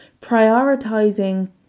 prioritizing